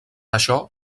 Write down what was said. això